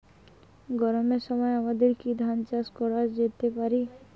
গরমের সময় আমাদের কি ধান চাষ করা যেতে পারি?